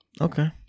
Okay